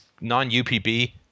non-UPB